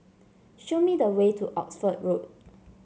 show me the way to Oxford Road